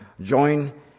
join